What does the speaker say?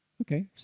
Okay